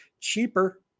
cheaper